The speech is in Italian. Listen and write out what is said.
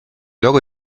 luogo